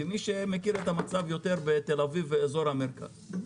כמי שמכיר את המצב יותר בתל-אביב באזור המרכז,